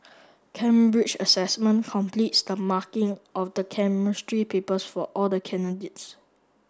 Cambridge Assessment completes the marking of the Chemistry papers for all the candidates